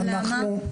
למה?